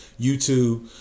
YouTube